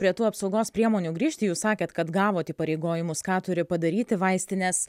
prie tų apsaugos priemonių grįžti jūs sakėt kad gavot įpareigojimus ką turi padaryti vaistinės